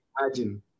imagine